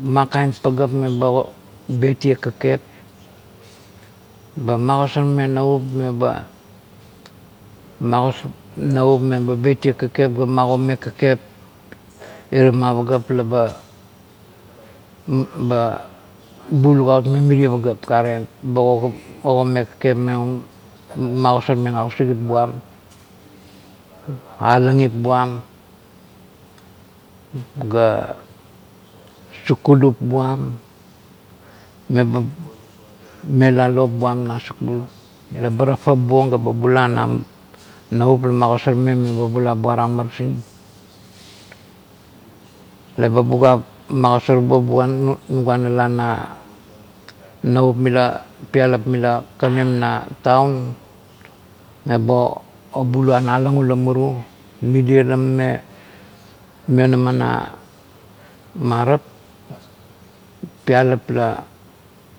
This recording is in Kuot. man kain pagap meba betieng kakep, eba magosarmeng navup meba, magosarmeng navup meba betieng kakep ga magomeng kakep irama pagap la ba "ha, ha, ha" bula gautmeng mirie pagap, gare, ba ogomeng kakep me un, ba magosarmeng ausikip buam, alangip buam ga sukalap buam, meba mela lop buam na skul, leba tatabuong ga ba bula na navuo lamagosarmeng me ba bula buarang marasin. leba buga magosarbuong nuguanala na navup mila pielap mila kakanim na taun meba obuluan alang wamura, mirie la mame mionama na marap pialap la